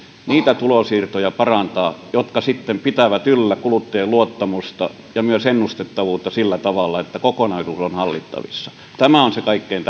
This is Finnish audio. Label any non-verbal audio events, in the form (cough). niitä tulonsiirtoja parantaa jotka sitten pitävät yllä kuluttajien luottamusta ja myös ennustettavuutta sillä tavalla että kokonaisuus on hallittavissa tämä on se kaikkein (unintelligible)